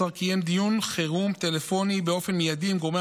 השר קיים דיון חירום טלפוני באופן מיידי עם גורמי